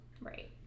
Right